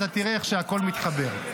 אתה תראה איך שהכול מתחבר.